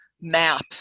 map